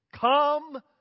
Come